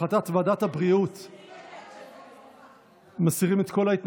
קובע שההצעה עברה, אושרה, והצעת החוק תעבור להכנה